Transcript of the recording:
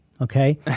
okay